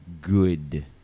good